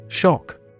Shock